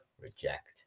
reject